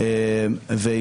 היא